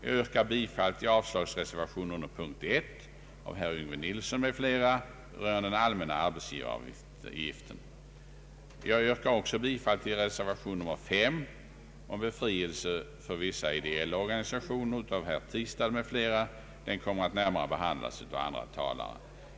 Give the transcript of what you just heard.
Jag yrkar bifall till avslagsreservationen, nr 1, av herr Yngve Nilsson m.fl. rörande den allmänna arbetsgivaravgiften. Jag yrkar också bifall till reservation nr 5 av herr Tistad m.fl. om befrielse för vissa ideella organisationer; den kommer att närmare behandlas av andra talare.